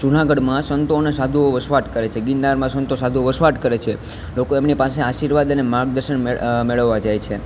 જુનાગઢમાં સંતો અને સાધુઓ વસવાટ કરે છે ગિરનારમાં સંતો સાધુઓ વસવાટ કરે છે લોકો એમની પાસે આશીર્વાદ અને માર્ગદર્શન મેળવવાં જાય છે